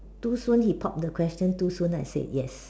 too soon he pop the question too soon I said yes